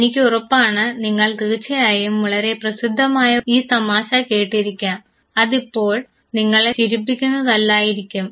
എനിക്ക് ഉറപ്പാണ് നിങ്ങൾ തീർച്ചയായും വളരെ പ്രസിദ്ധമായ ഈ തമാശ കേട്ടിരിക്കാം അത് ഇപ്പോൾ നിങ്ങളെ ചിരിപ്പിക്കുന്നതല്ലായിരിക്കും